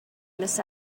miss